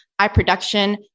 iProduction